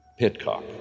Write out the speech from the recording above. Pitcock